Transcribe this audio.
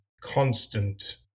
constant